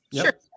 Sure